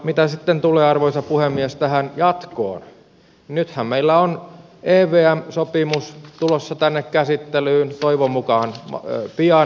mitä sitten tulee arvoisa puhemies tähän jatkoon nythän meillä on evm sopimus tulossa tänne käsittelyyn toivon mukaan pian